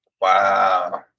Wow